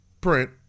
print